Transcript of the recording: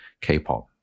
K-pop